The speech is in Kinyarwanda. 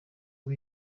ubu